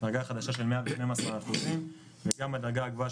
הדרגה החדשה של 112 אחוזים וגם הדרגה הגבוהה